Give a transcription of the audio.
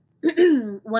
one